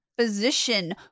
physician